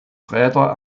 räder